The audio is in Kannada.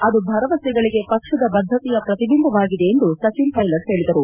ಅದು ಭರವಸೆಗಳಿಗೆ ಪಕ್ಷದ ಬದ್ಧತೆಯ ಪ್ರತಿಬಿಂಬವಾಗಿದೆ ಎಂದು ಸಚಿನ್ ಪ್ಲೆಲಟ್ ಹೇಳಿದರು